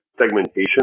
segmentation